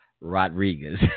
rodriguez